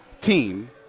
team